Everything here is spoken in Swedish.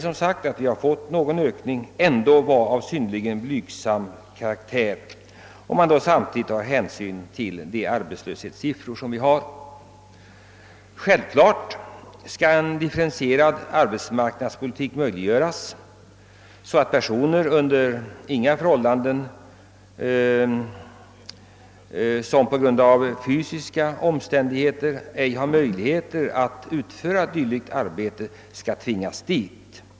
Ökningen av AMS-medel till vägändamål är emellertid ändå av blygsam karaktär med hänsyn till rådande arbetslöshetssiffror. Naturligtvis skall en differentierad arbetsmarknadspolitik eftersträvas så att personer, som rent fysiskt inte har möjlighet att utföra dylikt arbete, under inga omständigheter tvingas därtill.